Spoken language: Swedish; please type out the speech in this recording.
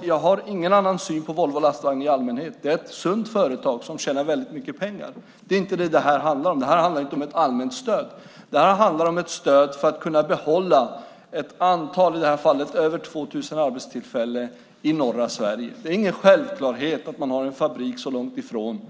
Jag har ingen annan syn på Volvo Lastvagnar i allmänhet. Det är ett sunt företag som tjänar väldigt mycket pengar. Det är inte det detta handlar om. Det här handlar inte om ett allmänt stöd. Det här handlar om ett stöd för att kunna behålla ett antal, i det här fallet över 2 000, arbetstillfällen i norra Sverige. Det är ingen självklarhet att man har en fabrik så långt ifrån